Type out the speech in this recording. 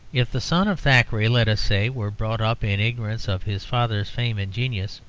if the son of thackeray, let us say, were brought up in ignorance of his father's fame and genius,